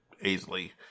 easily